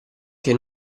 che